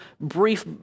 brief